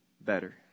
better